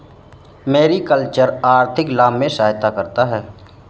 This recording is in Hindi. मेरिकल्चर आर्थिक लाभ में सहायता करता है